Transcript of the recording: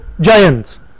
giants